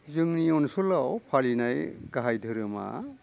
जोंनि अनसलाव फालिनाय गाहाय दोहोरोमा